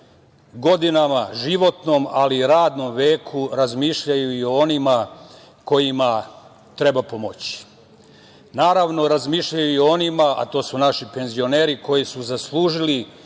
godinama, životnom ali i radnom veku, razmišljaju i o onima kojima treba pomoći. Naravno, razmišljaju i o onima, a to su naši penzioneri koji su zaslužili